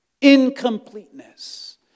Incompleteness